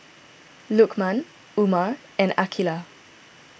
Lukman Umar and Aqeelah